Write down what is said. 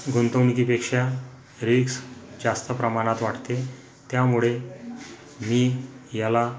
गुंतवणुकीपेक्षा रिक्स जास्त प्रमाणात वाढते त्यामुळे मी याला